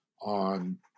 on